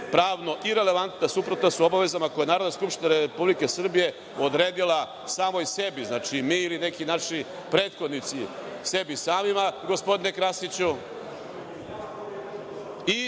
pravno i relevantno su suprotna obavezama koje Narodna skupština Republike Srbije, odredila samoj sebi, znači, ili neki naši prethodnici, sebi samima, gospodine Krasiću i